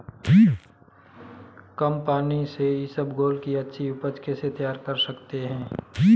कम पानी से इसबगोल की अच्छी ऊपज कैसे तैयार कर सकते हैं?